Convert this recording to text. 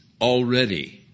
already